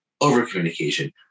over-communication